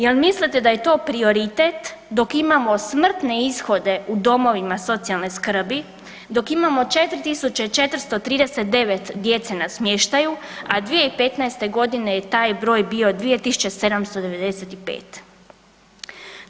Jel mislite da je to prioritet dok imamo smrtne ishode u domovima socijalne skrbi, dok imamo 4.439 djece na smještaju, a 2015.g. je taj broj bio 2.895?